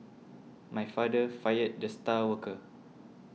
my father fired the star worker